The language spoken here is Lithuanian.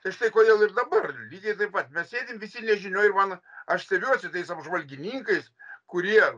tai štai kodėl ir dabar lygiai taip pat mes sėdim visi nežinioj ir man aš stebiuosi tais apžvalgininkais kurie